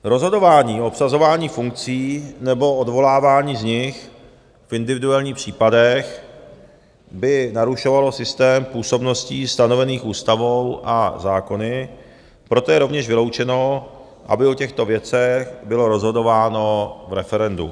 Rozhodování o obsazování funkcí nebo odvolávání z nich v individuálních případech by narušovalo systém působností stanovených ústavou a zákony, proto je rovněž vyloučeno, aby o těchto věcech bylo rozhodováno v referendu.